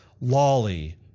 Lolly